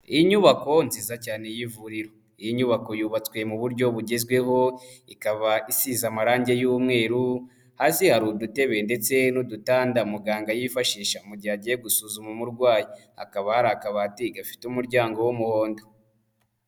Inyubako nziza cyane y'ivuriro, iyi nyubako yubatswe mu buryo bugezweho, ikaba isize amarangi y'umweru, hasi hari udutebe ndetse n'udutanda muganga yifashisha mu gihe agiye gusuzuma umurwayi, hakaba hari akabati gafite umuryango w'umuhondo.